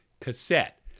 cassette